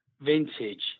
vintage